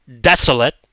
desolate